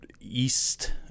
east